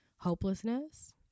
hopelessness